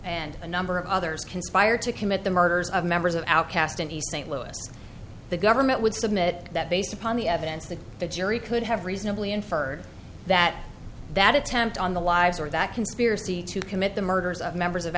and a number of others conspired to commit the murders of members of outcast in east st louis the government would submit that based upon the evidence that the jury could have reasonably inferred that that attempt on the lives or that conspiracy to commit the murders of members of